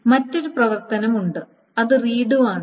മറ്റൊരു പ്രവർത്തനം ഉണ്ട് അത് റീഡു ആണ്